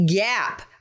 gap